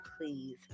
please